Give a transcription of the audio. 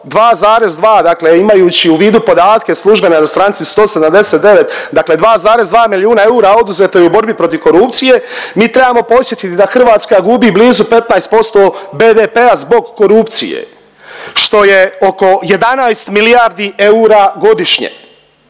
2,2 dakle imajući u vidu podatke službene na stranici 179 dakle 2,2 milijuna eura oduzeto je u borbi protiv korupcije, mi trebamo podsjetiti da Hrvatska gubi blizu 15% BPD-a zbog korupcije, što je oko 11 milijardi eura godišnje.